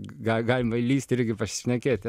ga galima įlįsti irgi pasišnekėti